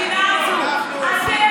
אנחנו עושים.